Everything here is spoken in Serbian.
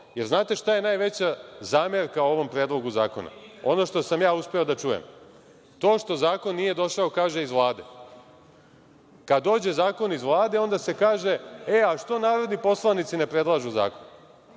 Znate li šta je najveća zamerka ovom predlogu zakona, ono što sam ja uspeo da čujem? To što zakon nije došao, kaže, iz Vlade. Kada dođe zakon iz Vlade onda se kaže – e, a što narodni poslanici ne predlažu zakon?